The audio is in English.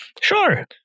sure